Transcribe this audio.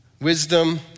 wisdom